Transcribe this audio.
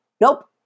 Nope